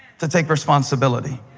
to take responsibility.